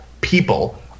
people